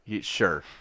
Sure